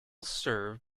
serve